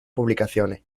publicaciones